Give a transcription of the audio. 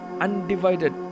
undivided